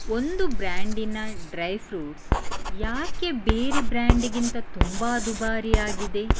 ಒಂದು ಬ್ರ್ಯಾಂಡಿನ dry fruits ಏಕೆ ಬೇರೆ ಬ್ರ್ಯಾಂಡ್ಗಿಂತ ತುಂಬ ದುಬಾರಿ ಆಗಿದೆ